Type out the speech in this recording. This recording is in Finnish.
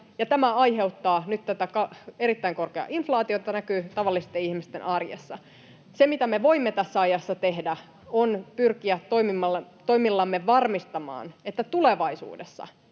tämä aiheuttaa nyt tätä erittäin korkeaa inflaatiota, joka näkyy tavallisten ihmisten arjessa. Se, mitä me voimme tässä ajassa tehdä, on pyrkiä toimillamme varmistamaan, [Puhemies